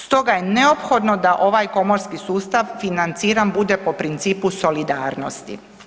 Stoga je neophodno da ovaj komorski sustav financiran bude po principu solidarnosti.